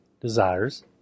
desires